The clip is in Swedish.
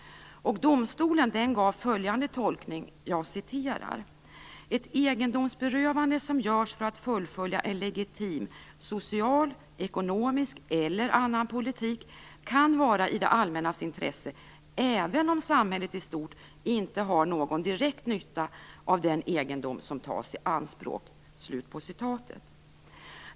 Domstolen gav följande tolkning: Ett egendomsberövande som görs för att fullfölja en legitim social-, ekonomisk eller annan politik kan vara i det allmännas intresse även om samhället i stort inte har någon direkt nytta av den egendom som tas i anspråk.